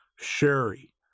sherry